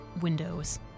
windows